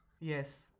Yes